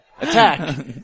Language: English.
Attack